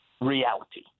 reality